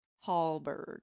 Hallberg